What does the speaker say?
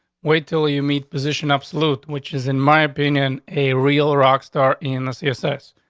wait till you meet position. absolute. which is, in my opinion, a real rock star in the css.